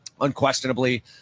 Unquestionably